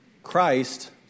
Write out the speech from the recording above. Christ